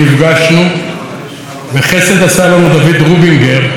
חסד עשה לנו דוד רובינגר וצילם אותנו,